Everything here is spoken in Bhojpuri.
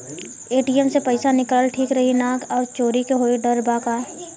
ए.टी.एम से पईसा निकालल ठीक रही की ना और चोरी होये के डर बा का?